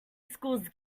schools